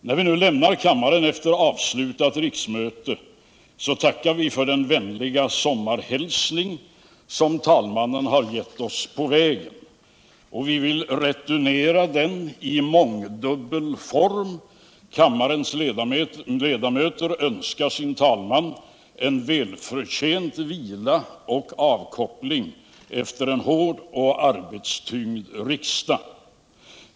När vi nu lämnar kammaren efter avslutat riksmöte tackar vi för den vänliga sommarhälsning som talmannen gett oss på vägen. Vi vill returnera den i mångdubbel form. Kammarens ledamöter önskar sin talman en välförtjänt vila och avkoppling efter en hård och arbetstyngd riksdag.